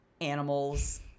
animals